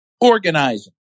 organizing